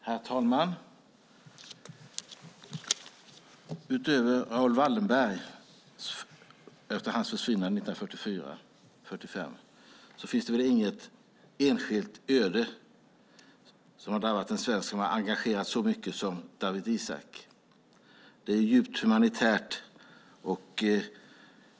Herr talman! Efter Raoul Wallenbergs försvinnande 1945 finns det nog inget enskilt öde som har drabbat en svensk som har engagerat så mycket som Dawit Isaaks öde. Det är djupt humanitärt.